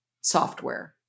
software